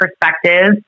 perspective